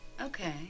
Okay